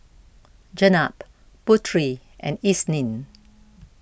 Jenab Putri and Isnin